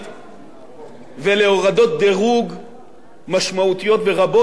ולהורדות דירוג משמעותיות ורבות כפי שנקלעו אותן